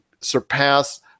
surpass